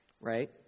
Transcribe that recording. right